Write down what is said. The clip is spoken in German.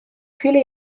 viele